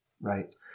Right